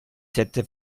sette